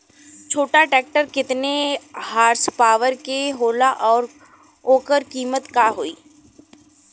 छोटा ट्रेक्टर केतने हॉर्सपावर के होला और ओकर कीमत का होई?